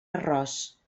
arròs